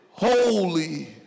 Holy